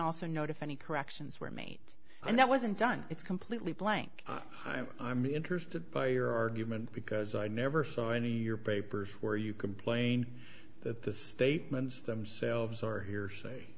also note if any corrections were made and that wasn't done it's completely blank i'm i'm interested by your argument because i never saw any your papers where you complain that the statements themselves are hearsay